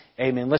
amen